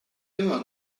immer